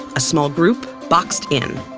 a small group boxed in.